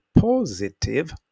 Positive